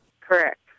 Correct